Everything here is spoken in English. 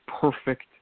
perfect